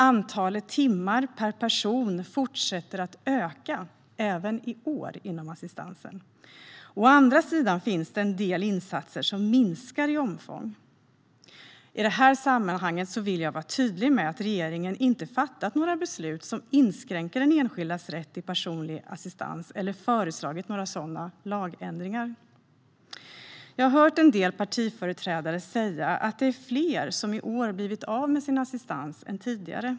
Antalet timmar per person fortsätter att öka även i år inom assistansen. Å andra sidan finns det en del insatser som minskar i omfång. I det sammanhanget vill jag vara tydlig med att regeringen inte har fattat några beslut som inskränker den enskildes rätt till personlig assistans eller föreslagit några sådana lagändringar. Jag har hört en del partiföreträdare säga att det i år är fler som har blivit av med sin assistans än tidigare.